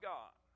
God